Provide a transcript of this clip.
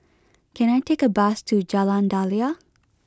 can I take a bus to Jalan Daliah